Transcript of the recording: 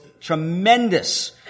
Tremendous